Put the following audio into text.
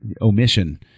omission